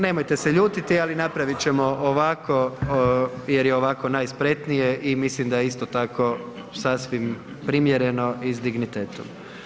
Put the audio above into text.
Nemojte se ljutiti, ali napravit ćemo ovako jer je ovako najspretnije i mislim da je isto tako sasvim primjereno i s dignitetom.